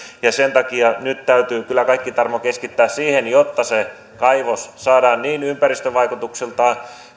sen takia nyt täytyy kyllä kaikki tarmo keskittää siihen että se kaivos saadaan ympäristövaikutuksiltaan